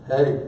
Hey